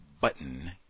button